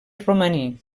romaní